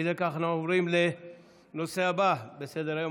אי לכך, אנחנו עוברים לנושא הבא על סדר-היום.